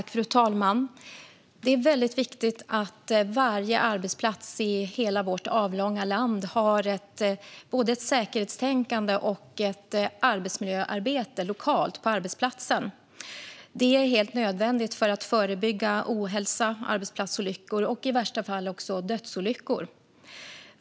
Fru talman! Det är väldigt viktigt att varje arbetsplats i hela vårt avlånga land har ett säkerhetstänkande och ett arbetsmiljöarbete lokalt på arbetsplatsen. Det är helt nödvändigt för att förebygga ohälsa, arbetsplatsolyckor och i värsta fall också dödsolyckor.